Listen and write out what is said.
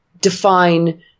define